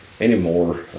anymore